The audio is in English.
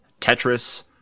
Tetris